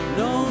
no